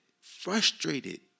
frustrated